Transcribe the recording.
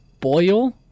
boil